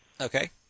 Okay